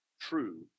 true